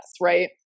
right